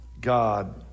God